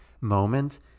moment